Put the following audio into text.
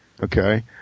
Okay